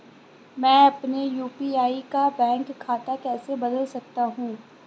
मैं अपने यू.पी.आई का बैंक खाता कैसे बदल सकता हूँ?